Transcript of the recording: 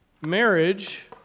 Marriage